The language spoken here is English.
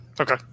Okay